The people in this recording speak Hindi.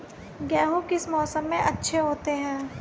गेहूँ किस मौसम में अच्छे होते हैं?